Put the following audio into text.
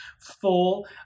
full